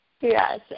Yes